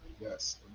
yes